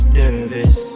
nervous